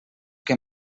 que